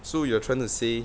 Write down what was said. so you are trying to say